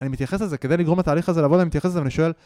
אני מתייחס לזה כדי לגרום לתהליך הזה לבוא, אני מתייחס לזה ואני שואל